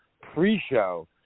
pre-show